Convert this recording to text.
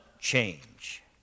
change